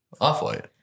Off-white